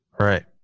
right